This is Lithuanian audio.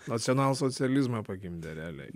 nacionalsocializmą pagimdė realiai